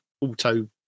auto